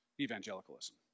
evangelicalism